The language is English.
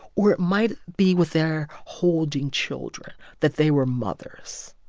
or it might be with their holding children, that they were mothers,